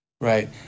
right